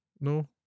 no